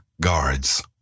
guards